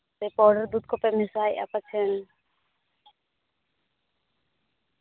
ᱥᱮ ᱯᱟᱣᱰᱟᱨ ᱫᱩᱫᱽ ᱠᱚᱯᱮ ᱢᱮᱥᱟᱭᱮᱫᱟ ᱯᱟᱥᱮᱱ